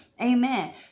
Amen